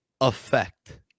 effect